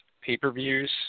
pay-per-views